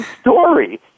story